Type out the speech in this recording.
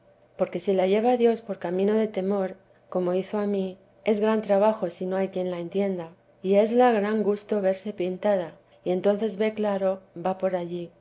porque si la lleva dios por camino de temor como hizo a mí es gran trabajo si no hay quien la entienda y esla gran gusto verse pintada y entonces ve claro va por allí